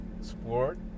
sport